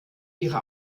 ihre